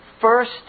first